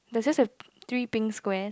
does this have three pink squares